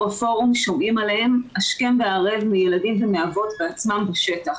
הפורום שומעים עליהם השכם והערב מילדים ומאבות בעצמם בשטח.